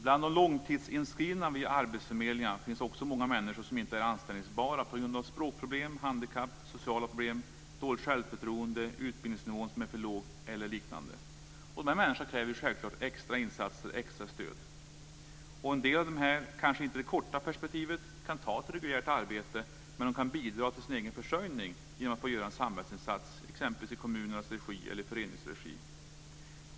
Bland de långtidsinskrivna vid arbetsförmedlingarna finns också många människor som inte är anställningsbara på grund av språkproblem, handikapp, sociala problem, dåligt självförtroende, utbildningsnivå som är för låg eller liknande. Dessa människor kräver självklart extra insatser och extra stöd. En del av dem kanske inte kan ta ett reguljärt arbete i det korta perspektivet, men de kan bidra till sin egen försörjning genom att få göra en samhällsinsats i exempelvis kommunernas regi eller en förenings regi.